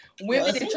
women